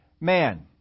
Man